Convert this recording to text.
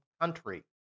country